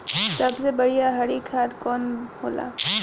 सबसे बढ़िया हरी खाद कवन होले?